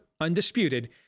undisputed